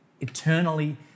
eternally